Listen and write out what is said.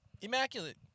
immaculate